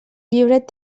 llibret